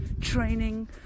training